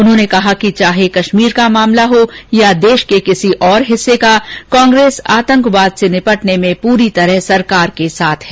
उन्होंने कहा कि चाहे कश्मीर का मामला हो या देश के किसी और हिस्से का कांग्रेस आतंकवाद से निपटने में पूरी तरह सरकार के साथ है